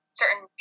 certain